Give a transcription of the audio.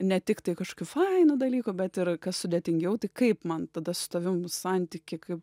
ne tiktai kažkokių fainų dalykų bet ir kas sudėtingiau tai kaip man tada su tavim santykį kaip